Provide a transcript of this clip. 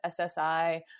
SSI